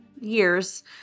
years